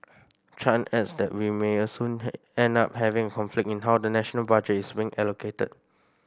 Chan adds that we may also end up having a conflict in how the national budgets being allocated